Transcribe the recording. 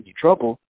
trouble